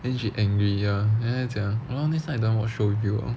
then she angry ya then 她讲 !walao! next time I don't want watch show with you